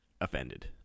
offended